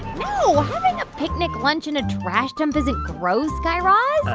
no. having a picnic lunch in a trash dump isn't gross, guy raz.